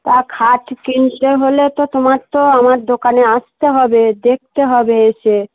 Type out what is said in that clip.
তা খাট কিনতে হলে তো তোমার তো আমার দোকানে আসতে হবে দেখতে হবে এসে